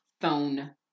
Phone